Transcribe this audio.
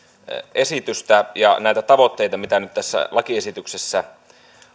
esitystä ja näitä tavoitteita mitä nyt tässä lakiesityksessä